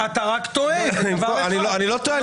אתה רק טועה בדבר אחד -- אני לא טועה,